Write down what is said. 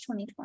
2020